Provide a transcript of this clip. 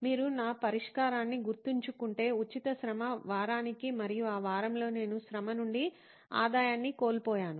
మీరు నా పరిష్కారాన్ని గుర్తుంచుకుంటే ఉచిత శ్రమ వారానికి మరియు ఆ వారంలో నేను శ్రమ నుండి ఆదాయాన్ని కోల్పోయాను